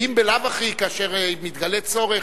אם בלאו הכי, כאשר מתגלה צורך,